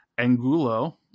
angulo